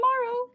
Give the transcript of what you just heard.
tomorrow